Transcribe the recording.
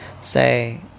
say